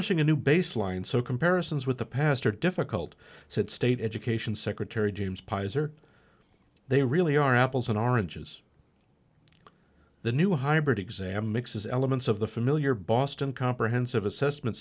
establishing a new baseline so comparisons with the pastor difficult said state education secretary james pizer they really are apples and oranges the new hybrid exam mixes elements of the familiar boston comprehensive assessment